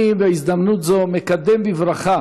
אני, בהזדמנות זו, מקדם בברכה